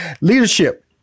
Leadership